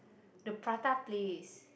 the Prata place